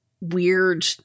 weird